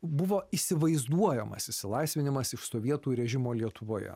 buvo įsivaizduojamas išsilaisvinimas iš sovietų režimo lietuvoje